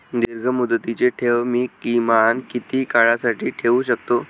दीर्घमुदतीचे ठेव मी किमान किती काळासाठी ठेवू शकतो?